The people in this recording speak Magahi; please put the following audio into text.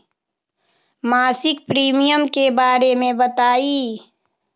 मासिक प्रीमियम के बारे मे बताई?